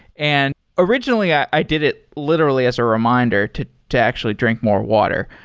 and originally, i did it literally as a reminder to to actually drink more water.